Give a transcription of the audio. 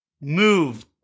move